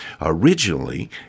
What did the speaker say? originally